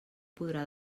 podrà